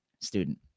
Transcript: student